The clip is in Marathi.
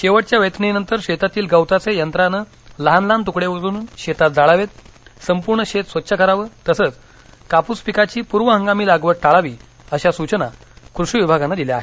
शेवटच्या वेचणीनंतर शेतातील गवताचे यंत्राने लहान लहान तुकडे करुन शेतात जाळावेत संपुर्ण शेत स्वच्छ कराव तसंच कापूस पिकाची पूर्व हंगामी लागवड टाळावी अशा सूचना कृषी विभागानं दिल्या आहेत